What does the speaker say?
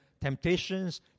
temptations